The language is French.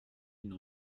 une